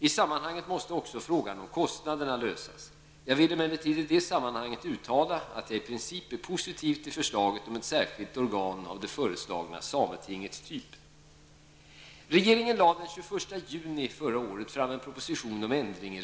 I sammanhanget måste också frågan om kostnaderna lösas. Jag vill emellertid i detta sammanhang uttala att jag i princip är positiv till förslaget om ett särskilt organ av det föreslagna sametingets typ.